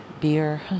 beer